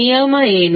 ನಿಯಮ ಏನು